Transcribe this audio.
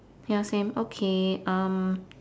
ya same okay um